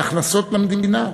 להכנסות למדינה,